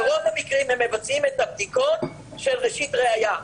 ברוב המקרים הם מבצעים את הבדיקות של ראשית ראיה,